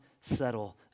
settle